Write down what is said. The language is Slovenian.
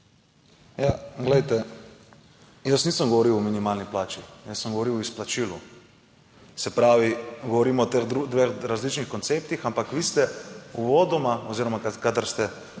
Glejte, jaz nisem govoril o minimalni plači, jaz sem govoril o izplačilu. Se pravi, govorimo o dveh različnih konceptih. Ampak vi ste uvodoma oziroma kadar ste